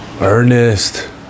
ernest